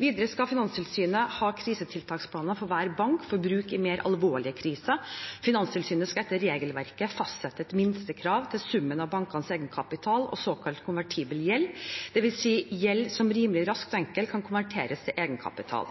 Videre skal Finanstilsynet ha krisetiltaksplaner for hver bank til bruk i mer alvorlige kriser. Finanstilsynet skal etter regelverket fastsette et minstekrav til summen av bankens egenkapital og såkalt konvertibel gjeld, dvs. gjeld som rimelig raskt og enkelt kan konverteres til egenkapital.